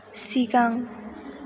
सिगां